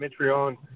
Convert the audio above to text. Mitrione